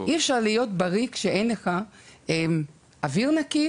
אי אפשר להיות בריא כשאתה נושם אוויר לא נקי,